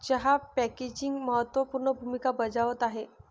चहा पॅकेजिंग महत्त्व पूर्ण भूमिका बजावत आहे